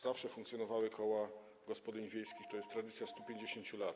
Zawsze funkcjonowały koła gospodyń wiejskich, to jest tradycja 150 lat.